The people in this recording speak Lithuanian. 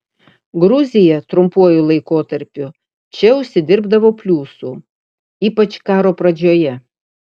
gruzija trumpuoju laikotarpiu čia užsidirbdavo pliusų ypač karo pradžioje